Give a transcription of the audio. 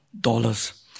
dollars